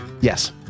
Yes